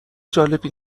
جالبی